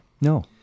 No